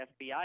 FBI